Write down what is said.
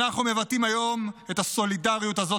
אנחנו מבטאים היום את הסולידריות הזאת